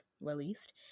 released